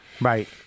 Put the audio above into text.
Right